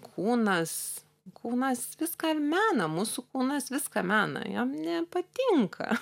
kūnas kūnas viską mena mūsų kūnas viską mena jam nepatinka